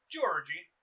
Georgie